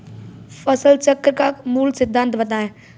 फसल चक्र का मूल सिद्धांत बताएँ?